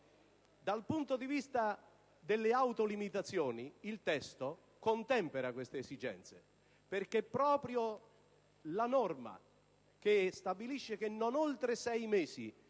Dal punto di vista delle autolimitazioni, il testo contempera queste esigenze, perché proprio la norma stabilisce in sei mesi